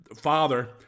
father